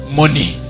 money